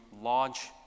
launch